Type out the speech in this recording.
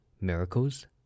Miracles